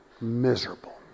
Miserable